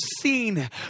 seen